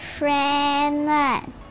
Friend